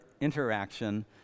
interaction